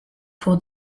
pour